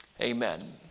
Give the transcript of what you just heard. amen